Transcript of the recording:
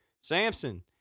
Samson